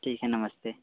ठीक है नमस्ते